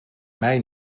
mij